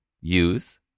Use